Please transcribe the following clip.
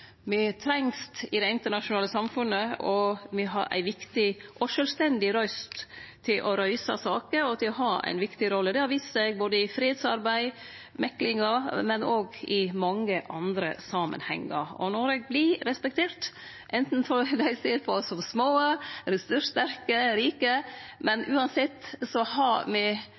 Me trengst i det internasjonale samfunnet, og me har ei viktig og sjølvstendig røyst til å reise saker og til å ha ein viktig rolle. Det har vist seg i både fredsarbeid og meklingar, men òg i mange andre samanhengar. Noreg vert respektert, anten dei ser på oss som små, ressurssterke eller rike. Uansett har